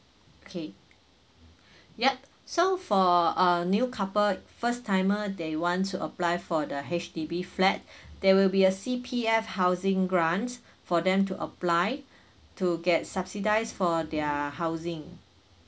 okay yup so for a new couple first timer that you want to apply for the H_D_B flat there will be a C_P_F housing grants for them to apply to get subsidised for their housing